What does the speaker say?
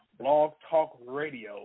blogtalkradio